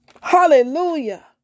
Hallelujah